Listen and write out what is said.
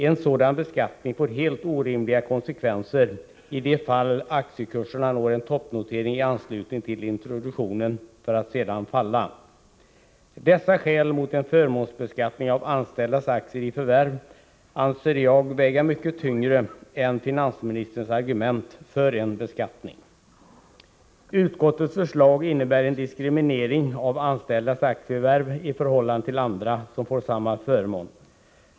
En sådan beskattning får helt orimliga konsekvenser i de fall aktiekurserna i anslutning till introduktionen når en toppnotering för att sedan falla. Dessa skäl mot en förmånsbeskattning av anställdas aktieförvärv anser jag väga mycket tyngre än finansministerns argument för en beskattning. Utskottets förslag innebär en diskriminering av anställda vid deras aktieförvärv i förhållande till andra som får samma förmån.